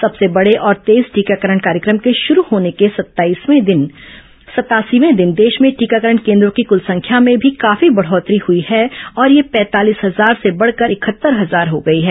सबसे बड़े और तेज टीकाकरण कार्यक्रम के शुरू होने के सतासीवें दिन देश से में टीकाकरण केन्द्रों की कल संख्या में भी काफी बढोत्तरी हई है और यह पैंतालीस हजार से बढकर इकहत्तर हजार हो गई है